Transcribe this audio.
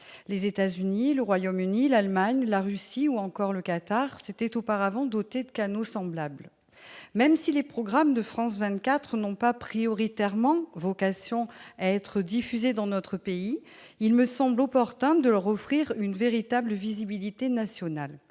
Les États-Unis, le Royaume-Uni, l'Allemagne, la Russie ou encore le Qatar s'étaient auparavant dotés de canaux semblables. Même si les programmes de France 24 n'ont pas prioritairement vocation à être diffusés dans notre pays, il me semble opportun de leur offrir une véritable visibilité nationale,